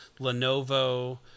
lenovo